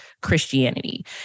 Christianity